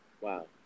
Wow